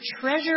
treasure